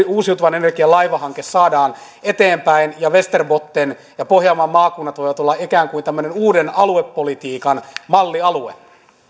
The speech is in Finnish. uusiutuvan energian laivahanke saadaan eteenpäin ja västerbotten ja pohjanmaan maakunnat voivat olla ikään kuin tämmöinen uuden aluepolitiikan mallialue